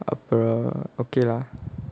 அப்புறம்:appuram okay ah